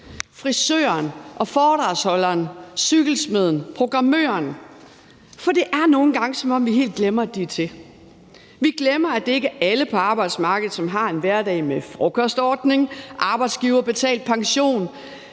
frisøren, foredragsholderen, cykelsmeden, programmøren, for det er nogle gange, som om vi helt glemmer, at de er til. Vi glemmer, at det ikke er alle på arbejdsmarkedet, som har en hverdag med frokostordning, arbejdsgiverbetalt pension,